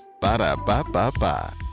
Ba-da-ba-ba-ba